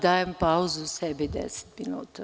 Dajem pauzu sebi deset minuta.